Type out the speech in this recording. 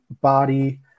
body